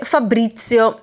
Fabrizio